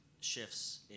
shifts